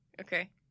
Okay